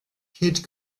kid